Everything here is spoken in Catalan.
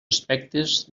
aspectes